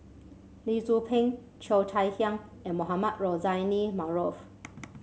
Lee Tzu Pheng Cheo Chai Hiang and Mohamed Rozani Maarof